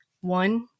one